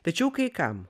tačiau kai kam